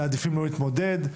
מעדיפים לא להתמודד.